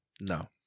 No